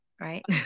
right